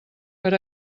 per